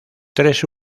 tres